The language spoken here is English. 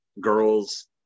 girls